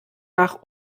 nach